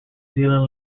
zealand